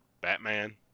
Batman